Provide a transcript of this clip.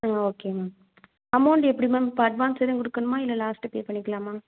ஆ okay ma'am amount எப்படி ma'am இப்போ advance எதுவும் கொடுக்கணுமா இல்லை லாஸ்ட்டாக பே பண்ணிக்கலாமா